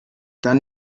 dann